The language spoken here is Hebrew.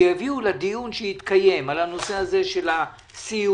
שיביאו לדיון שיתקיים על הנושא הזה של הסיוע,